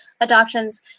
adoptions